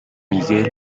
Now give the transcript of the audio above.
miguel